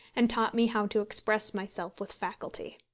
and taught me how to express myself with facility.